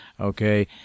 okay